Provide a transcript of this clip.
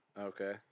Okay